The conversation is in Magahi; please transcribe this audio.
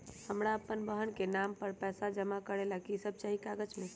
हमरा अपन बहन के नाम पर पैसा जमा करे ला कि सब चाहि कागज मे?